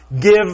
give